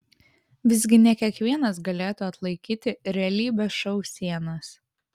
visgi ne kiekvienas galėtų atlaikyti realybės šou sienas